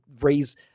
raise